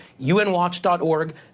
unwatch.org